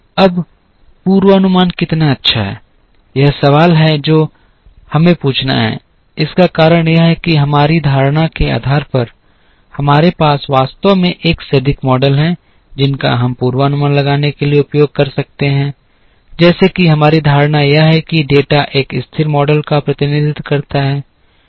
अब पूर्वानुमान कितना अच्छा है यह सवाल है जो हमें पूछना है इसका कारण यह है कि हमारी धारणा के आधार पर हमारे पास वास्तव में एक से अधिक मॉडल हैं जिनका हम पूर्वानुमान लगाने के लिए उपयोग कर सकते हैं जैसे कि हमारी धारणा यह है कि डेटा एक स्थिर मॉडल का प्रतिनिधित्व करता है